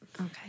Okay